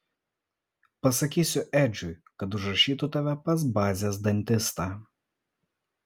pasakysiu edžiui kad užrašytų tave pas bazės dantistą